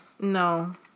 no